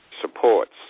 supports